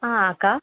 அக்கா